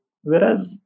Whereas